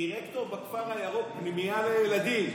דירקטור בכפר הירוק, פנימייה לילדים.